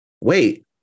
wait